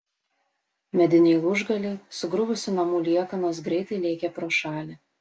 mediniai lūžgaliai sugriuvusių namų liekanos greitai lėkė pro šalį